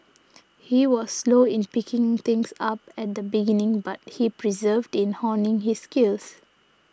he was slow in picking things up at the beginning but he persevered in honing his skills